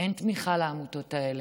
אין תמיכה בעמותות האלה.